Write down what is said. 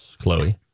Chloe